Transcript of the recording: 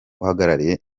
uhagarariye